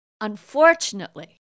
Unfortunately